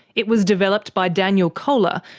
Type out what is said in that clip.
it was developed by daniel koehler,